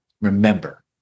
Remember